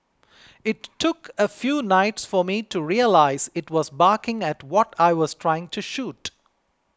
it took a few nights for me to realise it was barking at what I was trying to shoot